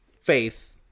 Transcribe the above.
faith